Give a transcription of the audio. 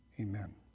Amen